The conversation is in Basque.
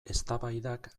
eztabaidak